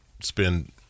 spend